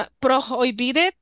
prohibited